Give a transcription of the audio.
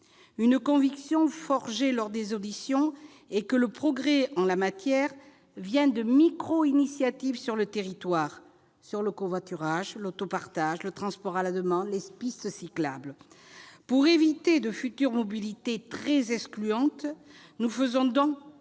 Une conviction forgée lors des auditions est que le progrès en la matière vient de micro-initiatives sur le territoire, qu'il s'agisse du covoiturage, de l'autopartage, du transport à la demande ou des pistes cyclables. Pour éviter de futures mobilités très excluantes, nous faisons donc